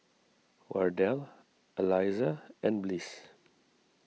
Wardell Aliza and Bliss